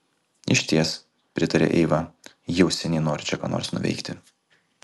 išties pritarė eiva jau seniai noriu čia ką nors nuveikti